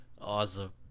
awesome